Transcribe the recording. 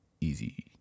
easy